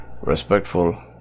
respectful